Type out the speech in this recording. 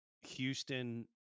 Houston